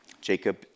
Jacob